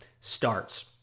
starts